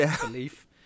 belief